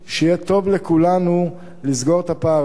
ויהיה טוב לכולנו לסגור את הפער הזה.